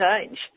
change